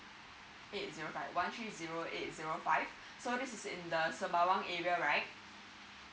eight zero five one three zero eight zero five so this in the sembawang area right